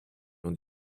und